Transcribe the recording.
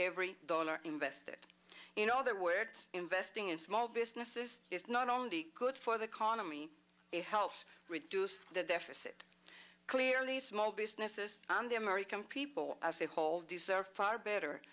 every dollar invested in other words investing in small businesses is not only good for the economy it helps reduce the deficit clearly small businesses and the american people as a whole these are far better